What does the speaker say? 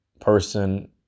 person